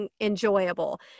enjoyable